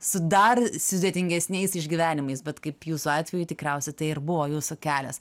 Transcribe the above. su dar sudėtingesniais išgyvenimais bet kaip jūsų atveju tikriausiai tai ir buvo jūsų kelias